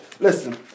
Listen